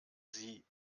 sie